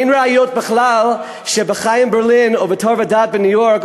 אין ראיות בכלל שתלמידי ישיבת "חיים ברלין" או "טוב הדעת" בניו-יורק,